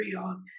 on